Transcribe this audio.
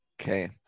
Okay